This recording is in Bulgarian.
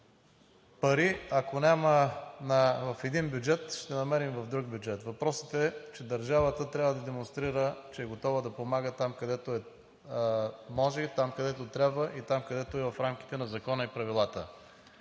ако няма пари в един бюджет, ще намерим в друг бюджет. Въпросът е, че държавата трябва да демонстрира, че е готова да помага – там, където може и където трябва, и в рамките на закона и правилата.